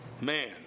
man